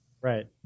right